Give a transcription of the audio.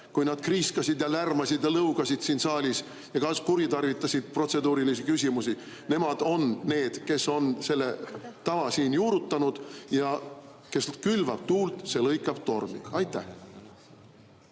kui nad kriiskasid ja lärmasid ja lõugasid siin saalis ja kuritarvitasid protseduurilisi küsimusi. Nemad on need, kes on selle tava siin juurutanud. Kes külvab tuult, see lõikab tormi. Aitäh!